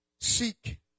Seek